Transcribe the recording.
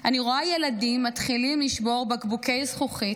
אני רואה ילדים מתחילים לשבור בקבוקי זכוכית,